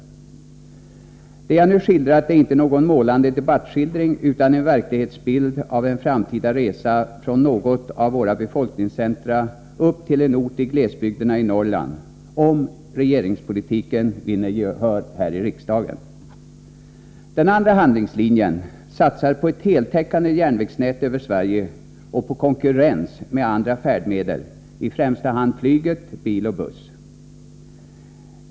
Detta är inte någon uppmålad debattskildring utan en verklighetsbild av en framtida resa från något av våra befolkningscentra upp till en ort i glesbygderna i Norrland — om regeringspolitiken vinner gehör här i riksdagen. Enligt den andra handlingslinjen satsar man på ett heltäckande järnvägsnät över Sverige och på konkurrens med andra färdmedel, främst flyget, samt bil och buss.